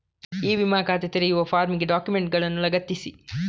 E ವಿಮಾ ಖಾತೆ ತೆರೆಯುವ ಫಾರ್ಮಿಗೆ ಡಾಕ್ಯುಮೆಂಟುಗಳನ್ನು ಲಗತ್ತಿಸಿ